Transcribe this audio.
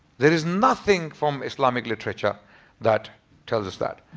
there is nothing from islamic literature that tells us that.